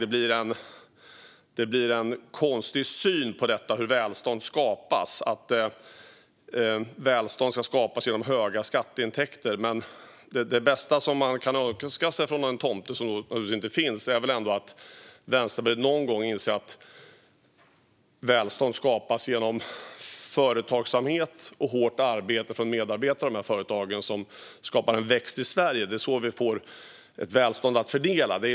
Det finns en konstig syn på hur välstånd skapas. Välstånd ska tydligen skapas genom höga skatteintäkter. Det bästa man kan önska sig av en tomte - som naturligtvis inte finns - är att Vänsterpartiet någon gång inser att välstånd skapas genom företagsamhet och hårt arbete av medarbetare i dessa företag. Detta skapar tillväxt i Sverige, och det är så vi får ett välstånd att fördela.